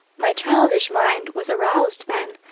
my childish mind was aroused then,